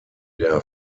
der